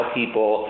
people